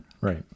Right